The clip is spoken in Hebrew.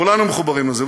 כולנו מחוברים לזה.